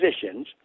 positions